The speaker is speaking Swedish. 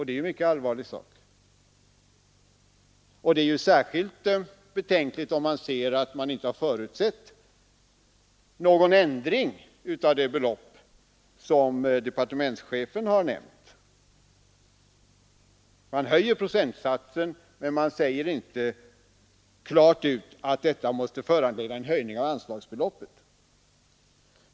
Det är en mycket allvarlig sak, och det är ju särskilt betänkligt att det inte har förutsatts någon ändring av det belopp som departementschefen har nämnt. Man höjer procentsatsen, men man säger inte klart ut att detta måste föranleda en höjning av anslagsbeloppet.